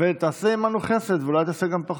ותעשה עימנו חסד ואולי תעשה גם פחות.